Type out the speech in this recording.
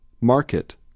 Market